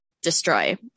destroy